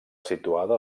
situada